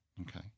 Okay